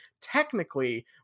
technically